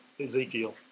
Ezekiel